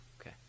Okay